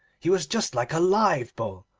he was just like a live bull,